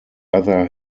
other